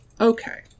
Okay